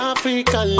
Africa